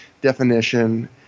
definition